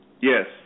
Yes